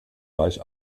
reich